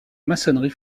maçonnerie